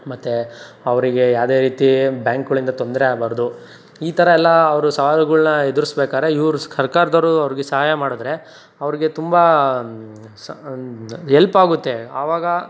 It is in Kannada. ಮತ್ತೆ ಅವರಿಗೆ ಯಾವುದೇ ರೀತಿ ಬ್ಯಾಂಕ್ಗಳಿಂದ ತೊಂದರೆ ಆಗಬಾರ್ದು ಈ ಥರ ಎಲ್ಲ ಅವರು ಸವಾಲುಗಳ್ನ ಎದುರ್ಸ್ಬೇಕಾರೆ ಇವ್ರು ಸರ್ಕಾರದವರು ಅವ್ರಿಗೆ ಸಹಾಯ ಮಾಡಿದ್ರೆ ಅವ್ರಿಗೆ ತುಂಬ ಸ್ ಎಲ್ಪ್ ಆಗುತ್ತೆ ಆವಾಗ